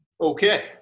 Okay